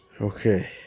Okay